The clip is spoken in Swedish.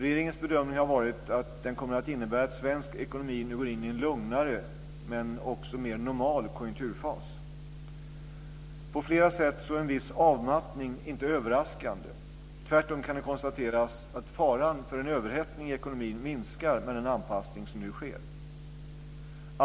Regeringens bedömning har varit att den kommer att innebära att svensk ekonomi nu går in i en lugnare men också mer normal konjunkturfas. Tvärtom kan det konstateras att faran för en överhettning i ekonomin minskar med den anpassning som nu sker.